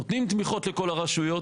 נותנים תמיכות לכל הרשויות